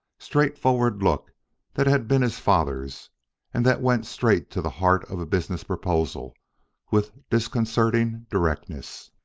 straightforward look that had been his father's and that went straight to the heart of a business proposal with disconcerting directness.